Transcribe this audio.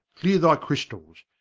cleare thy chrystalls.